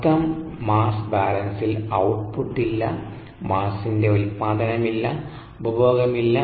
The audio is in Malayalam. മൊത്തം മാസ്സ് ബാലൻസിൽ ഔട്ട്പുട്ട് ഇല്ല മാസ്സിൻറെ ഉത്പാദനമില്ല ഉപഭോഗമില്ല